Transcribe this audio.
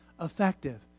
effective